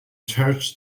church